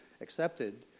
accepted